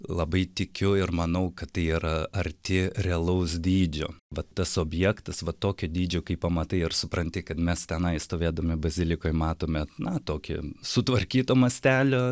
labai tikiu ir manau kad tai yra arti realaus dydžio vat tas objektas va tokio dydžio kai pamatai ir supranti kad mes tenai stovėdami bazilikoj matome na tokį sutvarkyto mastelio